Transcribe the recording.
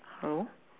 hello